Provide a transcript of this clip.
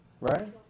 right